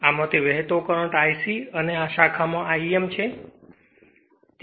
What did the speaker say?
આમાંથી વહેતો current I c છે અને આ શાખા માં I m છે